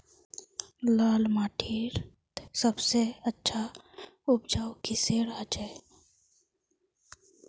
लाल माटित सबसे अच्छा उपजाऊ किसेर होचए?